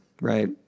right